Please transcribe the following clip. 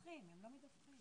הם לא מדווחים.